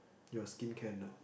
you're skincare nerd